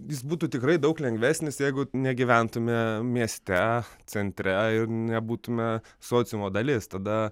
jis būtų tikrai daug lengvesnis jeigu negyventume mieste centre ir nebūtume sociumo dalis tada